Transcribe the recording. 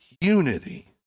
unity